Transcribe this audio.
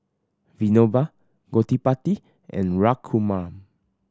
Vinoba Gottipati and Raghuram